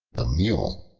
the mule